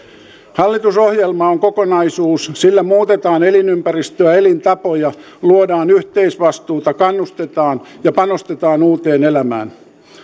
hallitusohjelma on kokonaisuus sillä muutetaan elinympäristöä elintapoja luodaan yhteisvastuuta kannustetaan ja panostetaan uuteen elämään